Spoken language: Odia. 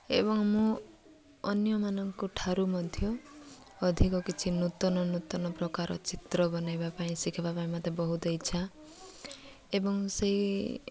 ଏବଂ ମୁଁ ଅନ୍ୟମାନଙ୍କଠାରୁ ମଧ୍ୟ ଅଧିକ କିଛି ନୂତନ ନୂତନ ପ୍ରକାର ଚିତ୍ର ବନେଇବା ପାଇଁ ଶିଖବା ପାଇଁ ମୋତେ ବହୁତ ଇଚ୍ଛା ଏବଂ ସେଇ